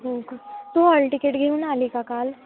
हो का तू हॉल टिकीट घेऊन आली का काल